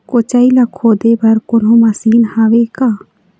कोचई ला खोदे बर कोन्हो मशीन हावे का?